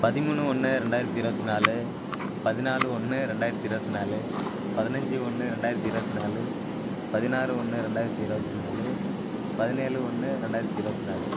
பதிமூணு ஒன்று ரெண்டாயிரத்தி இருபத்தி நாலு பதினாலு ஒன்று ரெண்டாயிரத்தி இருபத்தி நாலு பதினஞ்சி ஒன்று ரெண்டாயிரத்தி இருபத்தி நாலு பதினாறு ஒன்று ரெண்டாயிரத்தி இருபத்தி நாலு பதினேழு ஒன்று ரெண்டாயிரத்தி இருபத்தி நாலு